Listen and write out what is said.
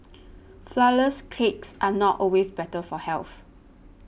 Flourless Cakes are not always better for health